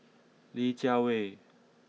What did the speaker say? Li Jiawei